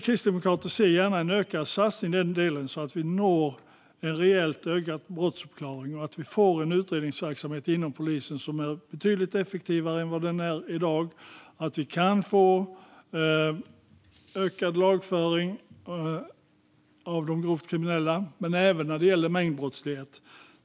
Kristdemokraterna ser gärna en ökad satsning i denna del så att vi når en reellt ökad brottsuppklaring och får en utredningsverksamhet inom polisen som är betydligt effektivare än vad den är i dag. Det behövs för att vi ska få en ökad lagföring av de grovt kriminella liksom även inom mängdbrottsligheten.